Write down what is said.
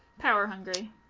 power-hungry